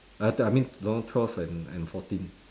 I mean lorong twelve and and fourteen